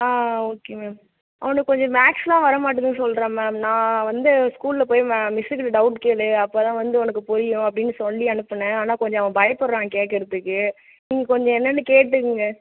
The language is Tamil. ஆ ஓகே மேம் அவனுக்கு கொஞ்சம் மேக்ஸ்லாம் வரமாட்டுதுன்னு சொல்கிறான் மேம் நான் வந்து ஸ்கூலில் போய் மிஸ்ஸுக்கிட்டே டவுட் கேள் அப்போ தான் வந்து உனக்கு புரியும் அப்படீன்னு சொல்லி அனுப்பினேன் ஆனால் கொஞ்சம் அவன் பயப்பட்றான் கேக்கிறதுக்கு நீங்கள் கொஞ்சம் என்னென்னு கேட்டுக்கங்க